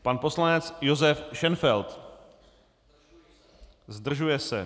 Pan poslanec Josef Šenfeld: Zdržuje se.